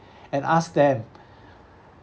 and ask them